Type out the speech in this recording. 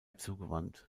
zugewandt